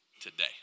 today